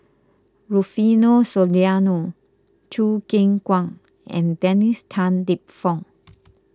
Rufino Soliano Choo Keng Kwang and Dennis Tan Lip Fong